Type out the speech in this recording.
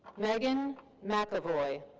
meghan mcevoy.